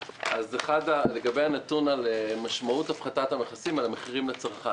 לגבי הנתון על משמעות הפחתת המכסים על המחירים לצרכן